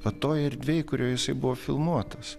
va toj erdvėj kurioje jisai buvo filmuotas